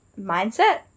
mindset